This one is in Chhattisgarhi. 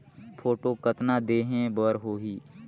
फोटो कतना देहें बर होहि?